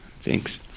Thanks